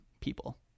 people